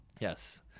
Yes